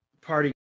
party